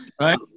right